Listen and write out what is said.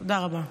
תודה רבה.